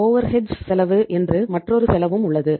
overheads செலவு என்று மற்றொன்று செலவும் உள்ளது